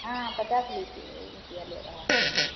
हाँ पचास ली थीं यही रुपया ले रहा हूँ